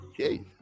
Okay